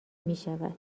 میشود